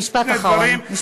משפט אחרון.